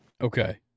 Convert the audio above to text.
Okay